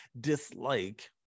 dislike